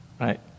right